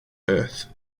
earth